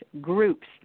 groups